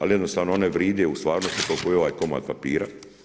Ali jednostavno one vride u stvarnosti koliko i ovaj komad papira.